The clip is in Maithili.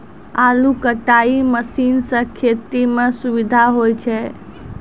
आलू कटाई मसीन सें खेती म सुबिधा होय छै